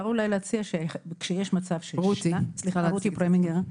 רותי פרמינגר.